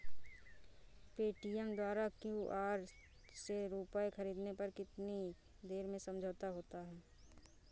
Paytm द्वारा QR से रूपए ख़रीदने पर कितनी देर में समझौता होता है?